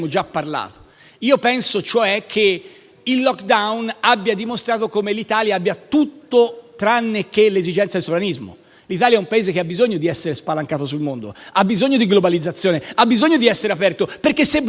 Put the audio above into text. Penso che il *lockdown* abbia dimostrato come l'Italia abbia tutto tranne che l'esigenza del sovranismo. L'Italia è un Paese che ha bisogno di essere spalancato sul mondo; ha bisogno di globalizzazione e di essere aperto perché, se blocchiamo